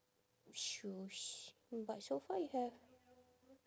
shoes but so far you have